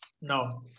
No